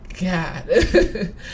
God